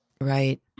Right